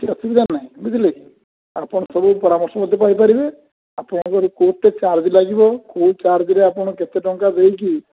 କିଛି ଅସୁବିଧା ନାହିଁ ବୁଝିଲେ କି ଆପଣ ସବୁ ପରାମର୍ଶ ମୋତେ କହି ପାରିବେ ଆପଣଙ୍କର କେଉଁଟା ଚାର୍ଜ୍ ଲାଗିବ କେଉଁ ଚାର୍ଜ୍ରେ ଆପଣ କେତେ ଟଙ୍କା ଦେଇକି